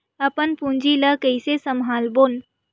अपन पूंजी ला कइसे संभालबोन?